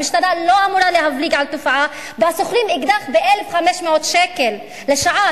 המשטרה לא אמורה להבליג על תופעה שבה שוכרים אקדח ב-1,500 שקל לשעה,